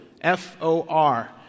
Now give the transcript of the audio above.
F-O-R